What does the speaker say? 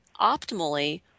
optimally